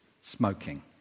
smoking